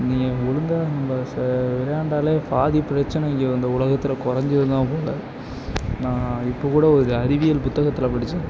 நீங்கள் ஒழுங்காக இந்த ச விளையாண்டாலே பாதி பிரச்சனை இங்கே இந்த உலகத்தில் குறஞ்சிடும் தான் போல் நான் இப்போ கூட ஒரு அறிவியல் புத்தகத்தில் படித்தேன்